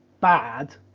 bad